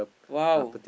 !wow!